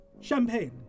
Champagne